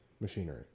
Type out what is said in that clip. machinery